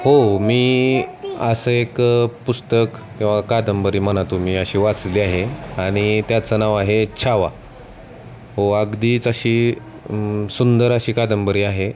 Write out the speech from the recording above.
हो मी असं एक पुस्तक किंवा कादंबरी म्हणा तुम्ही अशी वाचली आहे आणि त्याचं नाव आहे छावा हो अगदीच अशी सुंदर अशी कादंबरी आहे